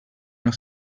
una